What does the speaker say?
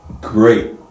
great